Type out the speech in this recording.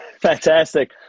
fantastic